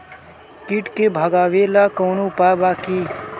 कीट के भगावेला कवनो उपाय बा की?